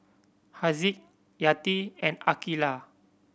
Haziq Yati and Aqeelah